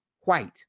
White